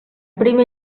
primer